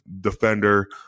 defender